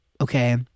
okay